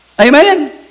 Amen